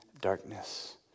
darkness